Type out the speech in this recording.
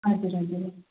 हजुर हजुर